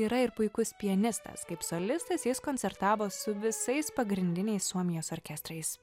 yra ir puikus pianistas kaip solistas jis koncertavo su visais pagrindiniais suomijos orkestrais